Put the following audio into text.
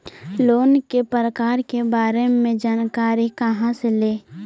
Loan के प्रकार के बारे मे जानकारी कहा से ले?